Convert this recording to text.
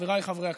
חבריי חברי הכנסת,